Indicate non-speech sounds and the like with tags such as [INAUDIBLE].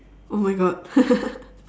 oh my god [LAUGHS]